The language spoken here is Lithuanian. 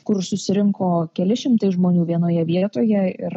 kur susirinko keli šimtai žmonių vienoje vietoje ir